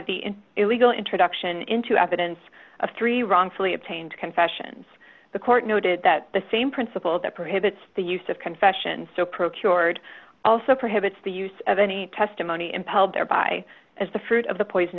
the illegal introduction into evidence of three wrongfully obtained confessions the court noted that the same principle that prohibits the use of confession so procured also prohibits the use of any testimony impelled thereby as the fruit of the poison